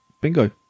Bingo